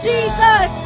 Jesus